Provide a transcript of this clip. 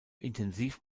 intensiv